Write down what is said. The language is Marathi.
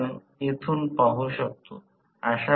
पुढ iSmax imum किंवा ब्रेकडाउन टॉर्क कसे शोधायचे ते पाहू